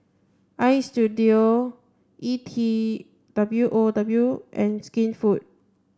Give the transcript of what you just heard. Istudio E T W O W and Skinfood